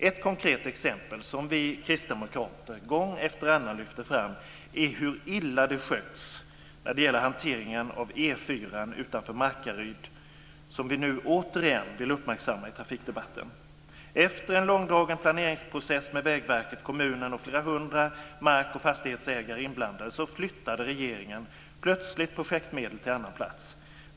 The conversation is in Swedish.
Ett konkret exempel - som vi kristdemokrater gång efter annan lyfter fram - är hur illa hanteringen av E 4 utanför Markaryd har skötts och som vi återigen vill uppmärksamma i trafikdebatten. Efter en långdragen planeringsprocess med Vägverket, kommunen och flera hundra mark och fastighetsägare inblandade, flyttade regeringen plötsligt projektmedlen till en annan plats.